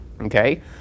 Okay